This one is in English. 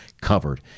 covered